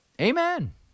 Amen